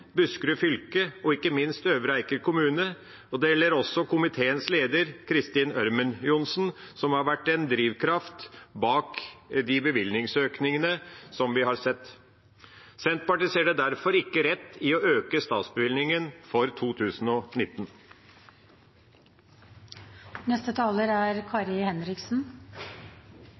Buskerud fylke og ikke minst Øvre Eiker kommune, og det gjelder også komiteens leder, Kristin Ørmen Johnsen, som har vært en drivkraft bak bevilgningsøkningene vi har sett. Senterpartiet ser derfor ikke at det er rett å øke statsbevilgningen for 2019. Jeg forstår at representanten Pettersen er